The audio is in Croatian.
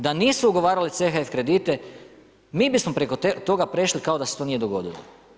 Da nisu ugovarale CHF kredite mi bi smo preko toga prešli kao da se to nije dogodilo.